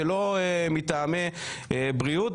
שלא מטעמי בריאות,